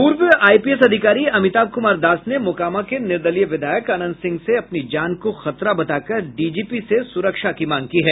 पूर्व आईपीएस अधिकारी अमिताभ कुमार दास ने मोकामा के निर्दलीय विधायक अनंत सिंह से अपनी जान को खतरा बता कर डीजीपी से सुरक्षा की मांग की है